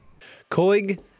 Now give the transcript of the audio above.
Koig